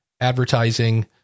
advertising